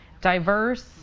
diverse